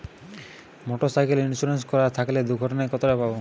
Motorcycle insurance করা থাকলে দুঃঘটনায় কতটাকা পাব?